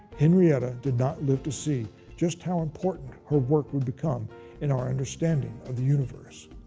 henrietta did not live to see just how important her work would become in our understanding of the universe.